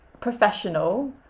professional